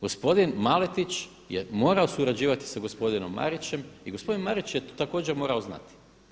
Gospodin Maletić je morao surađivati sa gospodinom Marićem i gospodin Marić je također morao znati.